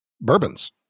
bourbons